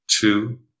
Two